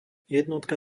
jednotka